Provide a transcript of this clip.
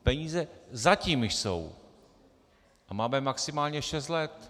Peníze zatím jsou a máme maximálně šest let.